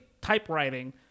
typewriting